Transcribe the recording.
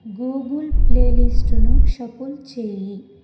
Google play లిస్ట్ను shuffle చెయ్యి